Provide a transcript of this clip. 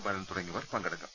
ബാലൻ തുടങ്ങിയവർ പങ്കെടുക്കും